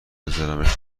بذارمش